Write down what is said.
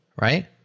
right